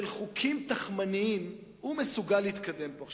של חוקים תכמניים, הוא מסוגל להתקדם פה.